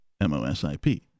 M-O-S-I-P